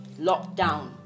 lockdown